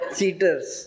Cheaters